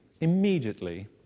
immediately